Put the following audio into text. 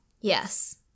yes